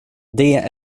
det